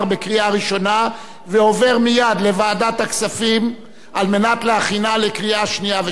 לוועדת הכספים נתקבלה.